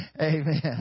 amen